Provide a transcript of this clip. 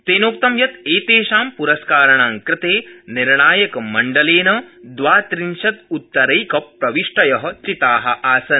तेनोक्तं यत् एतेषां प्रस्काराणां कृते निर्णायकमण्डलेन द्वात्रिंशद्रत्तरैकप्रविष्टय चिता आसन्